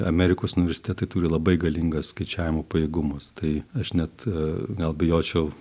amerikos universitetai turi labai galingą skaičiavimo pajėgumus tai aš net gal bijočiau